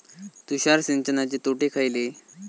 तुषार सिंचनाचे तोटे खयले?